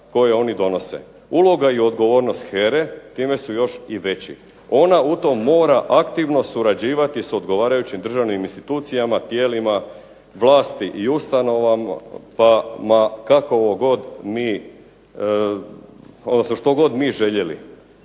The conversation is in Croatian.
koje oni donose. Uloga i odgovornost HERA-e time su još i veći. Ona u tom mora aktivno surađivati s odgovarajućim državnim institucijama, tijelima vlasti i ustanovama kako god mi,